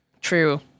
True